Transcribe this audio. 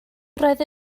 roedd